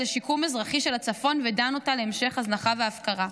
לשיקום אזרחי של הצפון ודנה אותו להמשך הזנחה והפקרה.